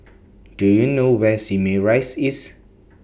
Do YOU know Where Simei Rise IS